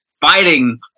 fighting